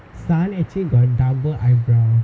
sun actually got double eyebrow